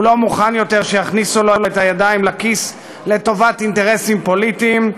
הוא לא מוכן יותר שיכניסו לו את הידיים לכיס לטובת אינטרסים פוליטיים.